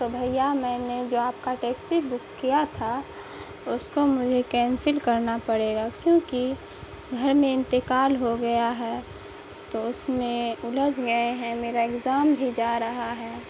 تو بھیا میں نے جو آپ کا ٹیکسی بک کیا تھا اس کو مجھے کینسل کرنا پڑے گا کیونکہ گھر میں انتقال ہو گیا ہے تو اس میں الجھ گئے ہیں میرا ایگزام بھی جا رہا ہے